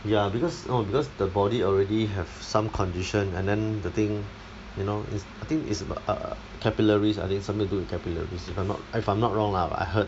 ya because no because the body already have some condition and then the thing you know it's I think it's about err capillaries I think something to do with capillaries if I'm not I'm not wrong lah I heard